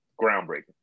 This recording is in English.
groundbreaking